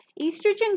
estrogen